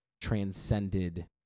transcended